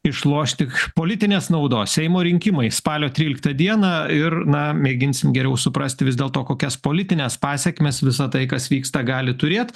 išlošti politinės naudos seimo rinkimai spalio tryliktą dieną ir na mėginsim geriau suprasti vis dėlto kokias politines pasekmes visa tai kas vyksta gali turėt